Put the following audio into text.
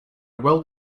well